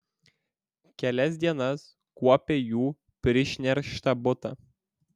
kelias dienas kuopė jų prišnerkštą butą